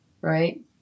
right